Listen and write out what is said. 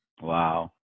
Wow